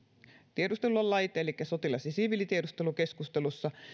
tiedustelulait elikkä sotilas ja siviilitiedustelu keskustelussa